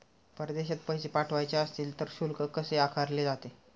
परदेशात पैसे पाठवायचे असतील तर शुल्क कसे आकारले जाते?